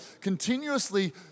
continuously